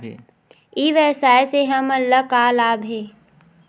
ई व्यवसाय से हमन ला का लाभ हे?